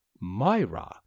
Myra